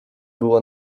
była